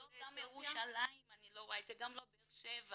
גם לא בירושלים אני לא רואה וגם לא בבאר שבע.